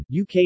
UK